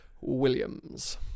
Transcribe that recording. Williams